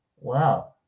Wow